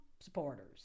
supporters